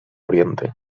oriente